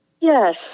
Yes